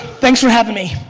thanks for having me.